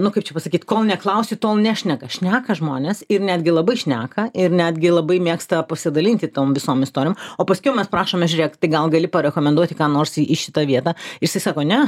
nu kaip čia pasakyt kol neklausi tol nešneka šneka žmonės ir netgi labai šneka ir netgi labai mėgsta pasidalinti tom visom istorijom o paskiau mes prašome žiūrėk tai gal gali parekomenduoti ką nors į šitą vietą jisai sako ne